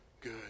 good